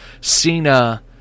Cena